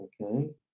okay